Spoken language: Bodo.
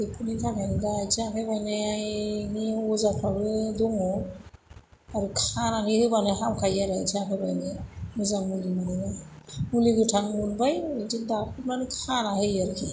बेफोरनि थाखाय दा आथिं आखाइ बायनायनि अजाफ्राबो दङ आरो खानानै होबानो हामखायो आरो आइथिं आखाइ बायनाया मोजां मुलि मोनबानो मुलि गोथां उनबाय बेजोंनो दाफबनानै खाना होयो आरोखि